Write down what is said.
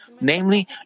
Namely